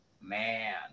Man